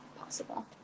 possible